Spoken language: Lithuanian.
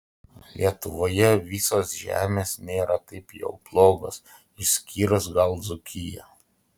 lietuvoje visos žemės nėra taip jau blogos išskyrus gal dzūkiją